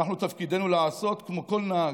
אנחנו, תפקידנו לעשות כמו כל נהג,